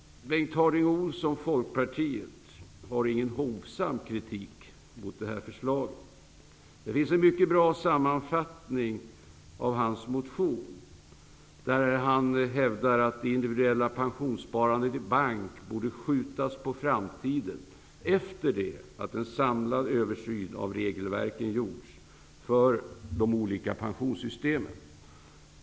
Bengt Harding Olson, Folkpartiet, har ingen hovsam kritik mot det här förslaget. Det finns en mycket bra sammanfattning av hans motion, där han hävdar att det individuella pensionssparandet i bank borde skjutas på framtiden, efter det att en samlad översyn av regelverket gjorts för de olika pensionssystemen.